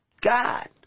God